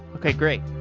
okay. great.